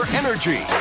energy